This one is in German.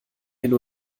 hin